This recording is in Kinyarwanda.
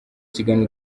ikiganiro